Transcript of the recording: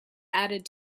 added